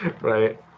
Right